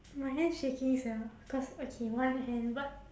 my hand shaking sia cause okay one hand but